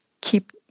keep